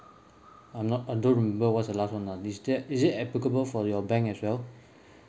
I'm not I don't remember what's the last one lah is that is it applicable for your bank as well